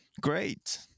great